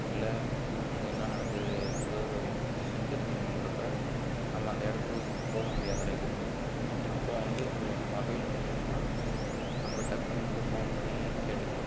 இல்லை அங்கே என்ன நடக்குது ஏதோ ஒரு விஷயம் தெரிஞ்சுக்கணுங்குறப்ப நம்ம அந்த இடத்துக்கு போக முடியாது அந்த டயத்துக்கு அப்போது வந்து இந்த மொபைல் மூலிமா நம்ம டக்குனு வந்து ஃபோன் பண்ணி கேட்டுக்கலாம்